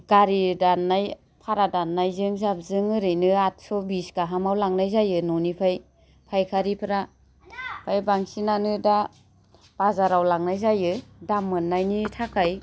गारि दान्नाय फारा दान्नायजों जाबजों ओरैनो आटस' बिस गाहामाव लांनाय जायो न'निफ्राय फाइखारिफोरा ओमफाय बांसिनानो दा बाजाराव लांनाय जायो दाम मोन्नायनि थाखाय